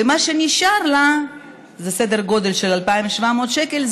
ומה שנשאר לה זה סדר גודל של 2,700 שקלים,